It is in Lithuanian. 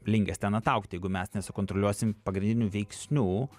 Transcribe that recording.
linkęs ten ataugti jeigu mes nesukontroliuosim pagrindinių veiksnių